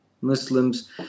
Muslims